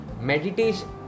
meditation